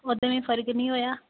ओह्दे ने मिकी फर्क नि होआ